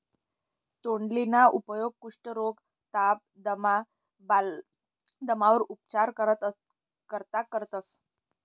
तोंडलीना उपेग कुष्ठरोग, ताप, दमा, बालदमावर उपचार करता करतंस